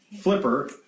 Flipper